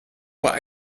pas